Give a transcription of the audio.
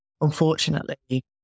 unfortunately